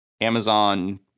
Amazon